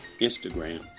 Instagram